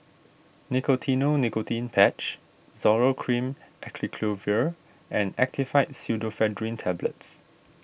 Nicotinell Nicotine Patch Zoral Cream Acyclovir and Actifed Pseudoephedrine Tablets